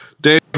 Dave